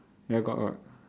ya got got